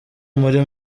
muri